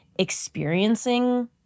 experiencing